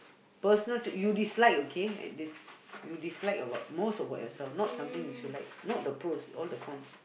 personal trait you dislike okay y~ you dislike about most about yourself not something you should like not the pros all the cons